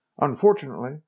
Unfortunately